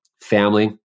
family